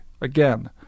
Again